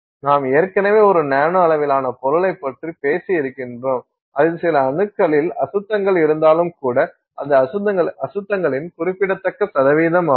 நாம் ஏற்கனவே ஒரு நானோ அளவிலான பொருளைப் பற்றி பேசி இருக்கின்றோம் அதில் சில அணுக்களில் அசுத்தங்கள் இருந்தாலும் கூட அது அசுத்தங்களின் குறிப்பிடத்தக்க சதவீதமாகும்